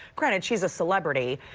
credit, she's a celebrity.